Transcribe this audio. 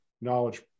knowledge